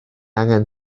angen